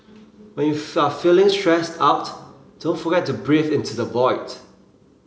when you are feeling stressed out don't forget to breathe into the void